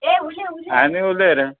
आनी उलय रे